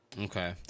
Okay